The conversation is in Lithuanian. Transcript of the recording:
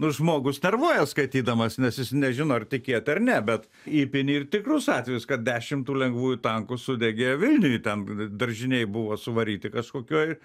nu žmogus nervuojas skaitydamas nes jis nežino ar tikėti ar ne bet įpini ir tikrus atvejus kad dešimt tų lengvųjų tankų sudegė vilniuj ten daržinėj buvo suvaryti kažkokioj